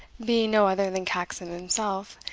being no other than caxon himself,